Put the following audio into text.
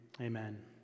amen